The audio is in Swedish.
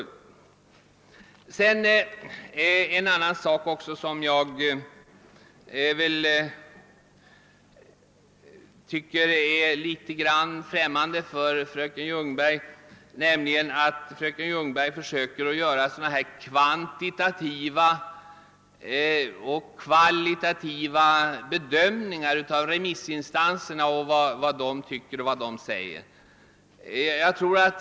Det är också en annan sak som jag tycker är litet främmande för fröken Ljungberg, nämligen att hon försöker göra kvantitativa och kvalitativa bedömningar av remissinstanserna och deras yttranden.